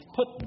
put